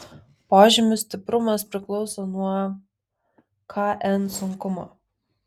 požymių stiprumas priklauso nuo kn sunkumo